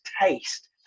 taste